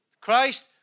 Christ